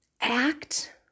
act